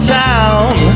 town